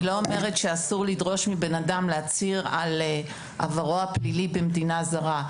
אני לא אומרת שאסור לדרוש מבן אדם להצהיר על עברו הפלילי במדינה זרה.